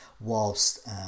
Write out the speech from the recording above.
whilst